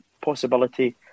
possibility